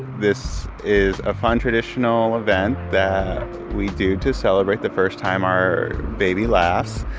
this is a fun, traditional event that we do to celebrate the first time our baby laughs.